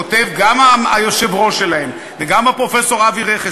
כותבים גם היושב-ראש שלהם וגם פרופסור אבי רכס,